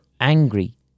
angry